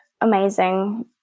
amazing